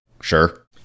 Sure